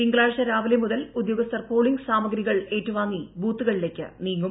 തിങ്കളാഴ്ച രാവിലെ മുതൽ ഉദ്യോഗസ്ഥർ പോളിങ് സാമഗ്രികൾ ഏറ്റുവാങ്ങി ബൂത്തുകളിലേക്ക് നീങ്ങും